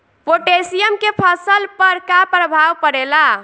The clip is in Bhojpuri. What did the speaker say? पोटेशियम के फसल पर का प्रभाव पड़ेला?